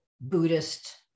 Buddhist